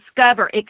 discover